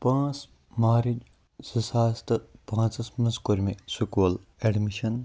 پانٛژھ مارچ زٕ ساس تہٕ پانٛژَس مَنٛز کوٚر مےٚ سکول ایٚڈمِشَن